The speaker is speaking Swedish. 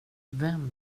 vem